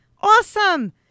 Awesome